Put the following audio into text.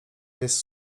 jest